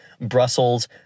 Brussels